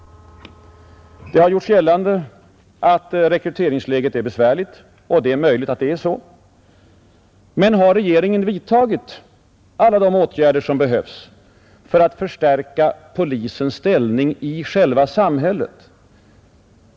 Det har gjorts gällande att rekryteringsläget är besvärligt. Det är möjligt att det är så. Men har regeringen vidtagit alla de åtgärder som behövs för att förstärka polisens ställning i själva samhället?